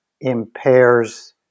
impairs –